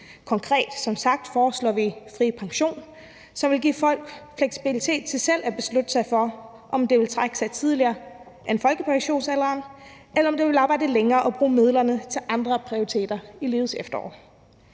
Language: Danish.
konkret foreslår vi som sagt fri pension, som vil give folk fleksibilitet til selv at beslutte sig for, om de vil trække sig tidligere end folkepensionsalderen, eller om de vil arbejde længere og bruge midlerne til andre prioriteter i livets efterår.